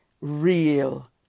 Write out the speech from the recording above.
real